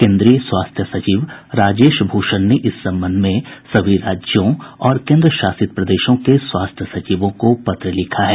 केंद्रीय स्वास्थ्य सचिव राजेश भूषण ने इस संबंध में सभी राज्यों और केंद्र शासित प्रदेशों के स्वास्थ्य सचिवों को पत्र लिखा है